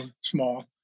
small